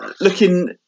looking